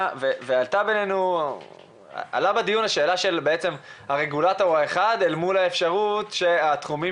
ועלתה השאלה של רגולטור אחד מול אפשרות שהתחומים